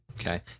okay